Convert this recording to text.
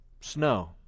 snow